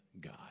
God